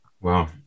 wow